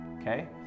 okay